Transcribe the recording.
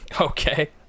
Okay